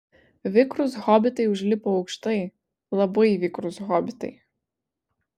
vikrūs hobitai užlipo aukštai labai vikrūs hobitai